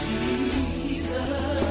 Jesus